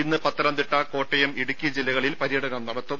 ഇന്ന് പത്തനംതിട്ട കോട്ടയം ഇടുക്കി ജില്ലകളിൽ പര്യടനം നടത്തും